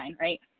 right